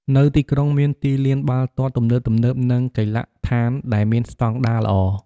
នៅទីក្រុងមានទីលានបាល់ទាត់ទំនើបៗ និងកីឡដ្ឋានដែលមានស្តង់ដារល្អ។